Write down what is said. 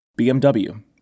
BMW